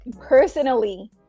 personally